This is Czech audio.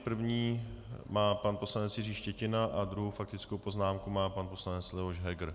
První má pan poslanec Jiří Štětina a druhou faktickou poznámku má pan poslanec Leoš Heger.